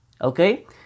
okay